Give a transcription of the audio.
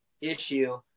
issue